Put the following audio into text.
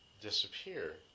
disappear